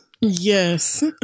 Yes